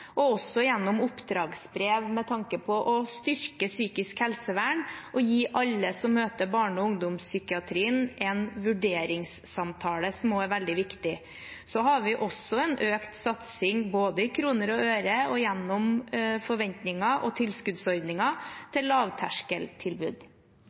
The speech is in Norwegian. og også gjennom oppdragsbrev, med tanke på å styrke psykisk helsevern og gi alle som møter barne- og ungdomspsykiatrien, en vurderingssamtale, som også er veldig viktig. Så har vi også en økt satsing både i kroner og øre og gjennom forventninger og